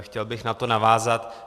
Chtěl bych na to navázat.